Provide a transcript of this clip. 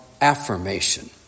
affirmation